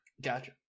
Gotcha